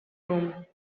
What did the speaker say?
room